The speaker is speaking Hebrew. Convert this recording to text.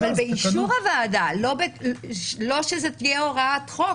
באישור הוועדה, אבל לא שזו תהיה הוראת חוק.